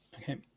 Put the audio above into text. Okay